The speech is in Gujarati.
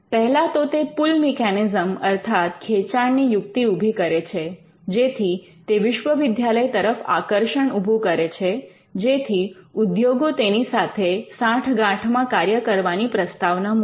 પહેલાં તો તે પુલ મિકેનિઝમ અર્થાત ખેચાણની યુક્તિ ઉભી કરે છે જેથી તે વિશ્વવિદ્યાલય તરફ આકર્ષણ ઊભું કરે છે જેથી ઉદ્યોગો તેની સાથે સાંઠગાંઠમાં કાર્ય કરવાની પ્રસ્તાવના મૂકે